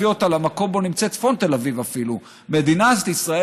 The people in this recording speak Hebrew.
אותה אפילו למקום שבו נמצאת צפון תל אביב.